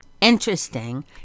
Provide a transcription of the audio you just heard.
Interesting